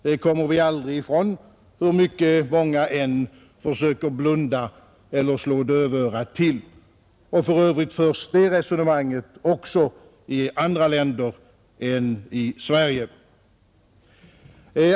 Det kommer vi aldrig ifrån hur mycket många än försöker blunda eller slå dövörat till. För övrigt förs det resonemanget också i andra länder än Sverige.